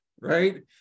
right